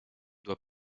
dois